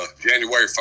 January